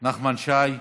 נחמן שי,